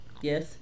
Yes